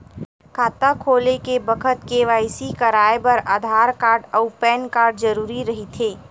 खाता खोले के बखत के.वाइ.सी कराये बर आधार कार्ड अउ पैन कार्ड जरुरी रहिथे